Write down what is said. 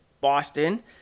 Boston